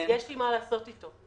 יש לי מה לעשות אתו.